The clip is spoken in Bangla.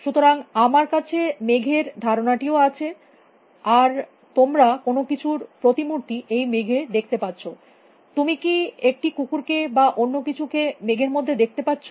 সুতরাং আমার কাছে মেঘের ধারণাটিও আছে আর তোমরা কোনো কিছুর প্রতিমুর্তি এই মেঘে দেখতে পারছ তুমি একটি কুকুরকে বা অন্য কিছু কে মেঘের মধ্যে দেখতে পারছ